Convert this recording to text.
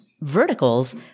verticals